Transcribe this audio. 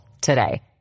today